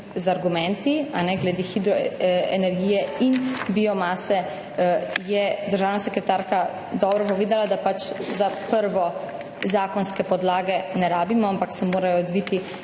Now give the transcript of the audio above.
Z argumenti glede hidroenergije in biomase je državna sekretarka dobro povedala, da pač kot prvo zakonske podlage ne potrebujemo, ampak se morajo odviti